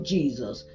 Jesus